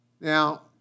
Now